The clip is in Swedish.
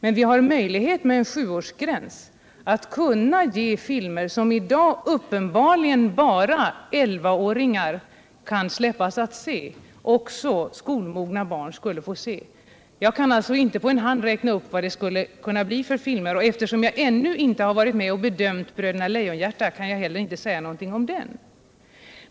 Men med en sjuårsgräns har vi möjlighet att bedöma om skolmogna barn kan få se filmer som i dag först elvaåringar får se. Jag kan inte på rak arm räkna upp vad det skulle bli för filmer, och eftersom jag ännu inte har varit med och bedömt Bröderna Lejonhjärta kan jag inte heller säga någonting om den.